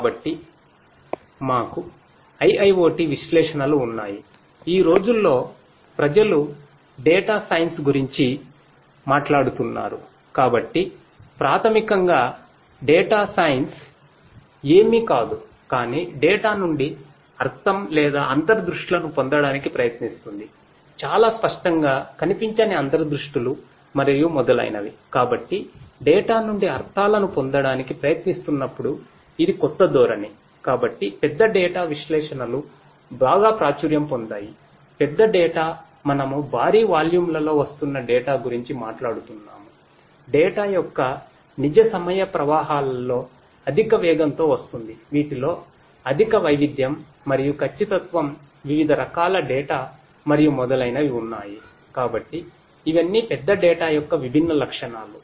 కాబట్టి మాకు IIoT విశ్లేషణలు ఉన్నాయిఈ రోజుల్లో ప్రజలు డేటా యొక్క విభిన్న లక్షణాలు